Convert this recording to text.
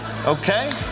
Okay